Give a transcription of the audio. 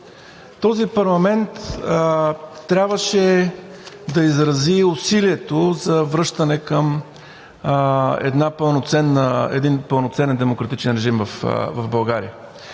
Този парламент трябваше да изрази усилието за връщане към един пълноценен демократичен режим в България.